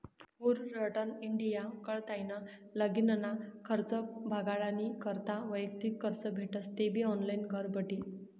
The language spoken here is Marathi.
फुलरटन इंडिया कडताईन लगीनना खर्च भागाडानी करता वैयक्तिक कर्ज भेटस तेबी ऑनलाईन घरबठी